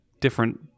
different